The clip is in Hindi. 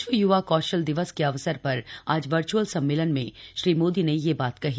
विश्व य्वा कौशल दिवस के अवसर पर आज वर्च्अल सम्मेलन में श्री मोदी ने यह बात कही